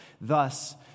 Thus